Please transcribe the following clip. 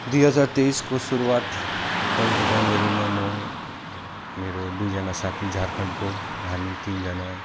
दुई हजार तेइसको सुरुवात पहिलो जनवरीमा म मेरो दुइजना साथी झारखन्डको हामी तिनजना